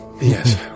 Yes